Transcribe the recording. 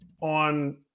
On